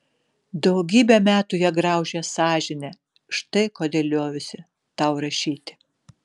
daugybę metų ją graužė sąžinė štai kodėl liovėsi tau rašyti